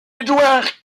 eduard